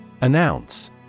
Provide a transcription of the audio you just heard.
Announce